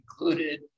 included